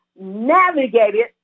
navigated